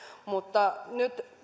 mutta nyt